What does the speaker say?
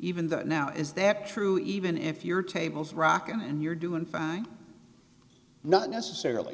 even though now is that true even if your tables rocking and you're doing fine not necessarily